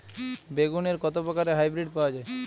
বেগুনের কত প্রকারের হাইব্রীড পাওয়া যায়?